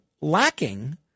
lacking